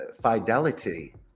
fidelity